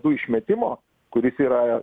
dujų išmetimo kuris yra